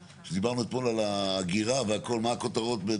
זאת אומרת זה התקווה וזה גם הכוונה שצריכה להיות,